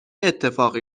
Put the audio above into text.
اتفاقی